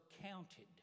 counted